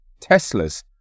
Teslas